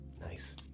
Nice